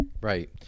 Right